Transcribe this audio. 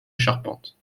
charpente